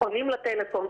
עונים לטלפון,